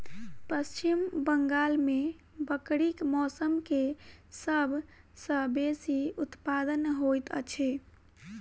पश्चिम बंगाल में बकरीक मौस के सब सॅ बेसी उत्पादन होइत अछि